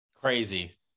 Crazy